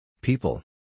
People